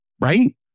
right